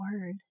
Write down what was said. word